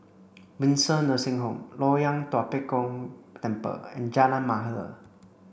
Windsor Nursing Home Loyang Tua Pek Kong Temple and Jalan Mahir